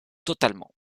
totalement